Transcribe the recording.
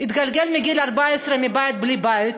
התגלגל מגיל 14 בלי בית,